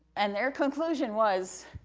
and their conclusion was,